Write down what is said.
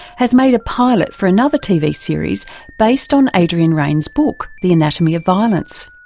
has made a pilot for another tv series based on adrian raine's book the anatomy of violence.